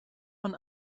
von